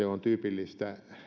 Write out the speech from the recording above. on tyypillistä